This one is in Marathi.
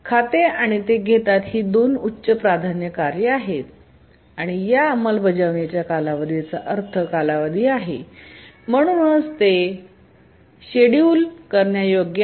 खाते आणि ते घेतात ही दोन उच्च प्राधान्य कार्ये आहेत आणि या अंमलबजावणीच्या कालावधीचा अर्थ कालावधी आहे आणि म्हणूनच ते शेड्यूल करण्यायोग्य आहे